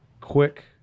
quick